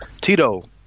Tito